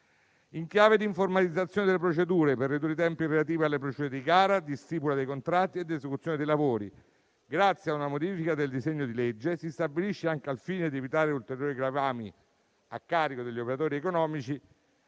In chiave di informatizzazione delle procedure per ridurre i tempi relativi alle procedure di gara, di stipula dei contratti e di esecuzione dei lavori, grazie a una modifica del disegno di legge, si stabilisce, anche al fine di evitare ulteriori gravami a carico degli operatori economici,